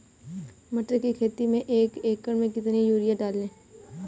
मटर की खेती में एक एकड़ में कितनी यूरिया डालें?